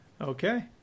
Okay